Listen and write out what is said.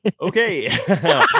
okay